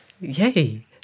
Yay